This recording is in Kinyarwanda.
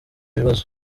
bibazo